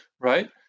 right